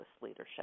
leadership